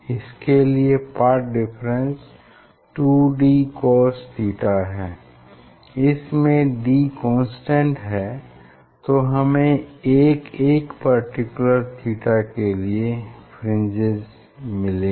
इसके लिए path difference 2dcos theta है इसमें d कांस्टेंट है तो हमें एक एक पर्टिकुलर थीटा के लिए फ्रिंजेस मिलेंगी